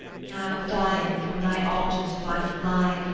now, dian, from thy altar do i fly,